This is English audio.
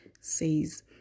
says